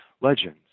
legends